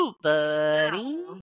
buddy